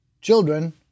children